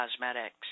cosmetics